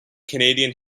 canadian